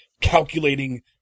calculating